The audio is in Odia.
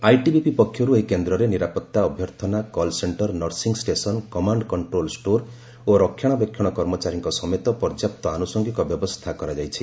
ଆଇଟିବିପି ପକ୍ଷରୁ ଏହି କେନ୍ଦ୍ରରେ ନିରାପତ୍ତା ଅଭ୍ୟର୍ଥନା call centre nursing station command control store ଓ ରକ୍ଷଣାବେକ୍ଷଣ କର୍ମଚାରୀଙ୍କ ସମେତ ପର୍ଯ୍ୟାପ୍ତ ଆନୁଷଙ୍ଗିକ ବ୍ୟବସ୍ଥା କରାଯାଇଛି